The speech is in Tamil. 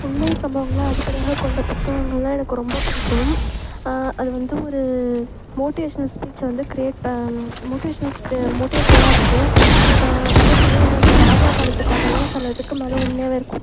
உண்மை சம்பவங்களை அடிப்படையாக கொண்ட புத்தகங்கள்னால் எனக்கு ரொம்ப பிடிக்கும் அது வந்து ஒரு மோட்டிவேஷ்னல் ஸ்பீச்சை வந்து க்ரியேட் மோட்டிவேஷ்னல் மோட்டிவேஷ்னலாக இருக்குது அதே போல வந்து இந்த ராஜா காலத்து கதைலாம் சில இதுக்கு மேலே உண்மையாகவே இருக்கும்